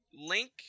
Link